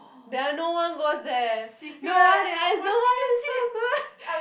there are no one goes there no one eh I have no one is so good